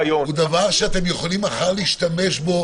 הגיוני, שאתם יכולים מחר להשתמש בו